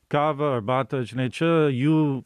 kava arbata žinai čia jų